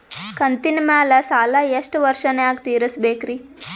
ಕಂತಿನ ಮ್ಯಾಲ ಸಾಲಾ ಎಷ್ಟ ವರ್ಷ ನ್ಯಾಗ ತೀರಸ ಬೇಕ್ರಿ?